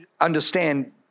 understand